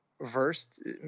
versed